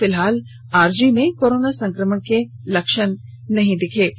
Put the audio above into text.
फिलहाल आरजी में कोरोना संक्रमण को लक्ष्ण नहीं दिखा है